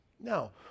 Now